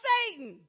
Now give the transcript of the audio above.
Satan